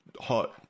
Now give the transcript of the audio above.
hot